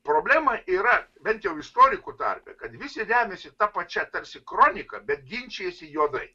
problema yra bent jau istorikų tarpe kad visi remiasi ta pačia tarsi kroniką bet ginčijasi juodai